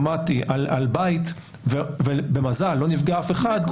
אוטומטי על בית ובמזל לא נפגע אף אחד,